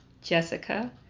Jessica